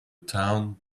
town